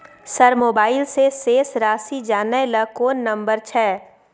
Sir mobile से शेस राशि जानय ल कोन नंबर छै?